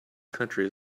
countries